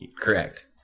Correct